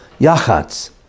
Yachatz